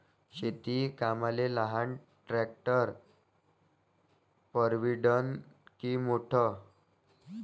शेती कामाले लहान ट्रॅक्टर परवडीनं की मोठं?